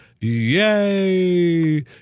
Yay